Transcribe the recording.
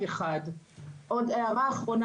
תודה רבה, דבי גילד חיו, האגודה לזכויות האזרח.